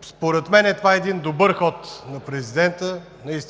Според мен това наистина е един добър ход на президента